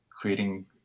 creating